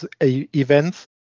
events